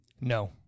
No